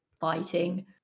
fighting